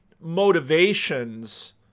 motivations